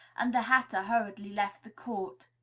and the hatter hurriedly left the court.